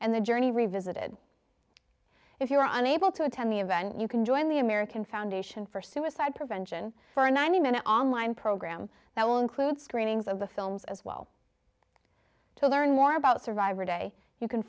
and the journey revisited if you're on able to attend the event you can join the american foundation for suicide prevention for a ninety minute online program that will include screenings of the films as well to learn more about survivor day you can